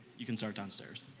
you can start downstairs.